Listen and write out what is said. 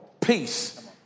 peace